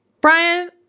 Brian